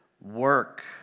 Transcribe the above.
Work